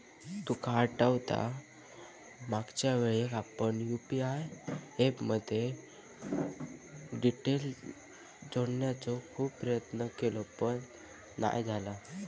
तुका आठवता मागच्यावेळेक आपण यु.पी.आय ऍप मध्ये डिटेल जोडण्याचो खूप प्रयत्न केवल पण नाय झाला